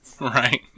Right